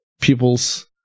people's